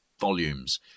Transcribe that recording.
volumes